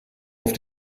auf